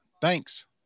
Thanks